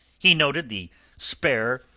he noted the spare,